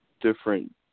different